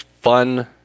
fun